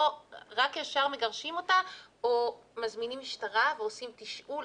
לא רק ישר מגרשים אותה או מזמינים משטרה ועושים תשאול?